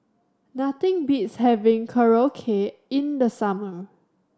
nothing beats having Korokke in the summer